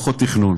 פחות על תכנון,